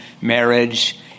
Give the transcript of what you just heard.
marriage